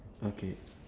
okay